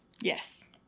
Yes